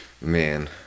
Man